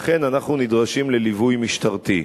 אנחנו נדרשים לליווי משטרתי.